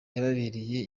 yababereye